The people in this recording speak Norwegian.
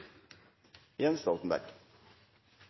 Jens Stoltenberg.